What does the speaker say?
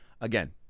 again